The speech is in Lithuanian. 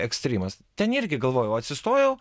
ekstrymas ten irgi galvojau atsistojau